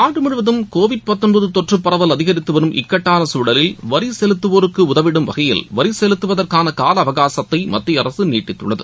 நாடுமுழுவதம் Covid தொற்றப் பரவல் அதிகரித்துவரும் இக்கட்டானசூழலில் வரிசெலுத்தவோருக்குஉதவிடும் வகையில் வரிசெலுத்துவதற்கானகாலஅவகாசத்தைமத்திய அரசுநீட்டித்துள்ளது